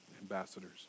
ambassadors